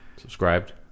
subscribed